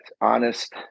honest